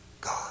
God